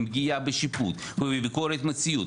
עם פגיעה בשיפוט ובביקורת מציאות,